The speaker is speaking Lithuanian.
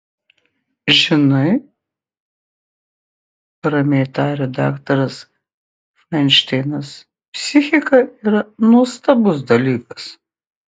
žinai ramiai tarė daktaras fainšteinas psichika yra nuostabus dalykas